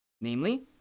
namely